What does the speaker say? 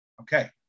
okay